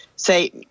Say